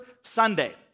Sunday